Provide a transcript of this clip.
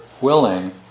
willing